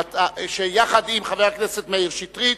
שיחד עם חבר הכנסת מאיר שטרית,